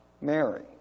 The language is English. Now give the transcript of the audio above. Mary